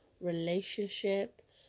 relationship